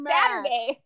Saturday